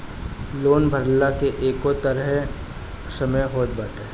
loan भरला के एगो तय समय होत बाटे